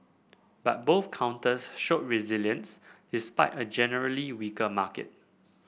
but both counters showed resilience despite a generally weaker market